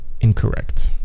Incorrect